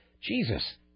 Jesus